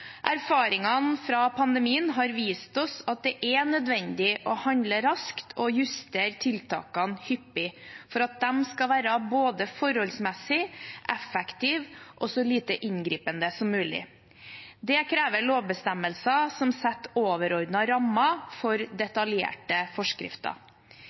Erfaringene fra pandemien har vist oss at det er nødvendig å handle raskt og å justere tiltakene hyppig for at de skal være forholdsmessige, effektive og så lite inngripende som mulig. Det krever lovbestemmelser som setter overordnede rammer for